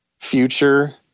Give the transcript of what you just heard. future